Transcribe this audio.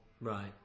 right